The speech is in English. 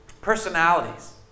personalities